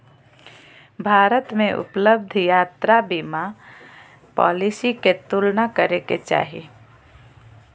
भारत में उपलब्ध यात्रा बीमा पॉलिसी के तुलना करे के चाही